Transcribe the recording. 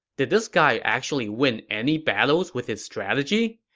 did this guy actually win any battles with his strategy?